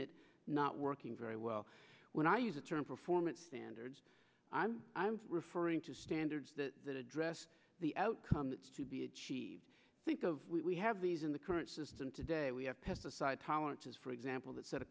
it not working very well when i use the term performance standards i'm i'm referring to standards that address the outcome to be achieved think of we have these in the current system today we have pesticide tolerances for example that set